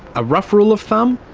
a rough rule of thumb,